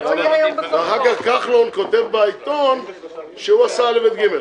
ואחר כך כחלון כותב בעיתון שהוא עשה א', ב', ג',